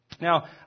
Now